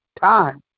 time